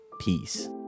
Peace